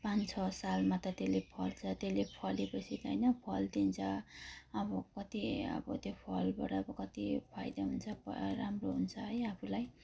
पाँच छ सालमा त त्यसले फल्छ त्यसले फले पछि होइन फल दिन्छ अब कति अब त्यो फलबाट अब कति फाइदा हुन्छ पुरा राम्रो हुन्छ है आफूलाई